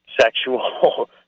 sexual